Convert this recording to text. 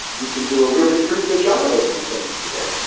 you can do a really pretty good job of these things today.